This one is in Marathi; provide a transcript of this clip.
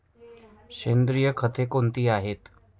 सेंद्रिय खते कोणती आहेत?